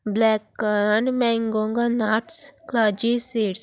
black corn मँगोंगा nuts क्लजी seeds